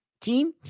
team